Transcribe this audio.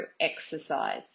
exercise